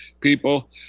people